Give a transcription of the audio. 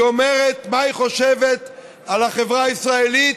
היא אומרת מה היא חושבת על החברה הישראלית.